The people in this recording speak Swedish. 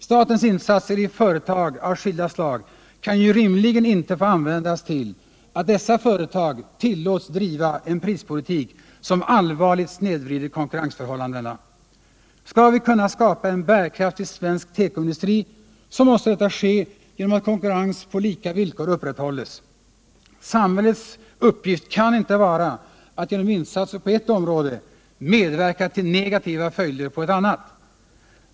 Statens insatser i företag av skilda slag kan ju rimligen inte få användas till att dessa företag tillåts driva en prispolitik som allvarligt snedvrider konkurrensförhållandena. Skall vi kunna skapa en bärkraftig svensk tekoindustri så måste detta ske genom att konkurrens på lika villkor upprätthålls. Samhällets uppgift kan inte vara att genom insatser på ett område medverka till negativa följder på ett annat.